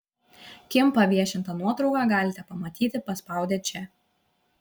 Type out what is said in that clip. kim paviešintą nuotrauką galite pamatyti paspaudę čia